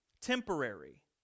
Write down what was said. Temporary